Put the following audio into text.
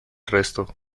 resto